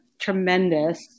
tremendous